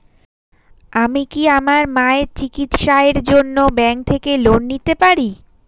আমি কি আমার মায়ের চিকিত্সায়ের জন্য ব্যঙ্ক থেকে লোন পেতে পারি?